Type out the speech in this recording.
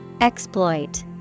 Exploit